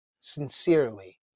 Sincerely